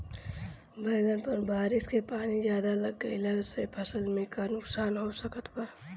बैंगन पर बारिश के पानी ज्यादा लग गईला से फसल में का नुकसान हो सकत बा?